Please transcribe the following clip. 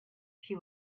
she